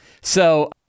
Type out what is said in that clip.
So-